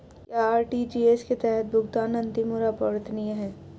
क्या आर.टी.जी.एस के तहत भुगतान अंतिम और अपरिवर्तनीय है?